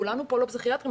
כולנו פה לא פסיכיאטרים,